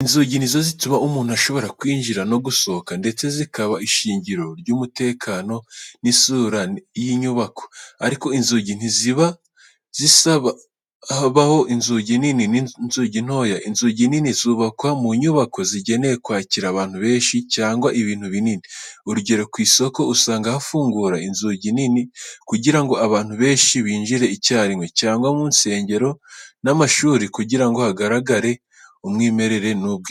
Inzugi ni zo zituma umuntu ashobora kwinjira no gusohoka, ndetse zikaba ishingiro ry’umutekano n’isura y’inyubako. Ariko, inzugi ntiziba zisa. Habaho inzugi nini n’inzugi nto. Inzugi nini zubakwa mu nyubako zigenewe kwakira abantu benshi cyangwa ibintu binini. Urugero, ku isoko usanga hafungura inzugi nini kugira ngo abantu benshi binjire icyarimwe, cyangwa mu nsengero n’amashuri kugira ngo hagaragare umwimerere n’ubwiza.